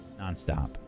nonstop